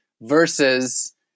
versus